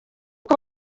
uko